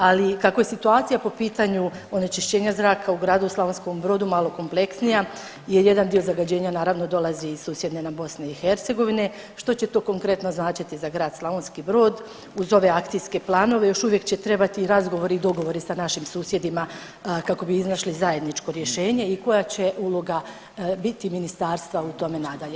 Ali kako je situacija po pitanju onečišćenja zraka u gradu Slavonskom Brodu malo kompleksnija jer jedan dio zagađenja naravno dolazi iz susjedne nam BiH što će to konkretno značiti za grad Slavonski Brod uz ove akcije planove, još uvijek će trebati razgovori i dogovori sa našim susjedima kako bi našli zajedničko rješenje i koja će uloga biti ministarstva u tome nadalje?